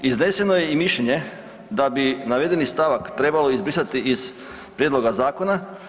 Izneseno je i mišljenje da bi navedeni stavak trebalo izbrisati iz prijedloga zakona.